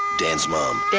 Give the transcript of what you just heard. dan's mom dan!